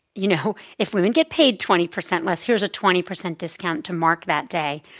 you know if women get paid twenty percent less, here's a twenty percent discount to mark that day.